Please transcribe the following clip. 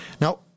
Now